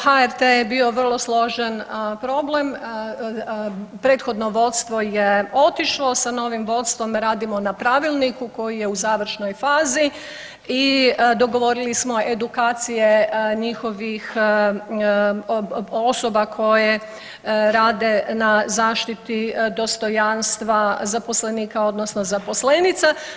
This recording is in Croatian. HRT je bio vrlo složen problem, prethodno vodstvo je otišlo sa novim vodstvom radimo na pravilniku koji je u završnoj fazi i dogovorili smo edukacije njihovih osoba koje rade na zaštiti dostojanstva zaposlenika, odnosno zaposlenica.